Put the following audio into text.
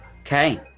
Okay